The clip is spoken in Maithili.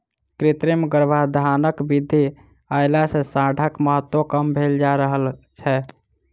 कृत्रिम गर्भाधानक विधि अयला सॅ साँढ़क महत्त्व कम भेल जा रहल छै